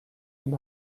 und